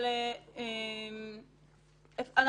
אנחנו